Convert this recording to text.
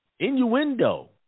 innuendo